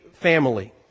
family